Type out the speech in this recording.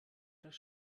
das